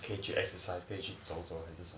可以去 exercise 去走走